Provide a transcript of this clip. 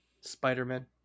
Spider-Man